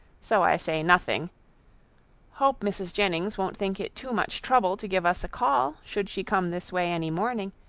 so i say nothing hope mrs. jennings won't think it too much trouble to give us a call, should she come this way any morning,